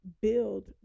build